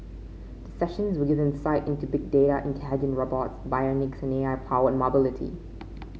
sessions will give insight into Big Data intelligent robot bionic and A I powered mobility